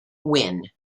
win